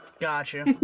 Gotcha